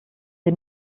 sie